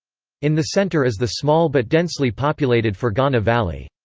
in the center is the small but densely-populated ferghana valley.